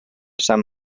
sant